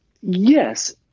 Yes